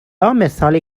مثالی